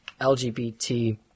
LGBT